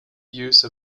use